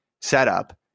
setup